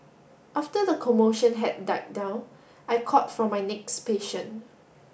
after the commotion had died down I called for my next patient